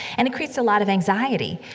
and it creates a lot of anxiety.